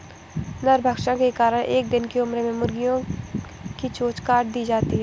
नरभक्षण के कारण एक दिन की उम्र में मुर्गियां की चोंच काट दी जाती हैं